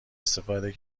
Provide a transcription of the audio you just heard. استفاده